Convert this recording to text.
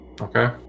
Okay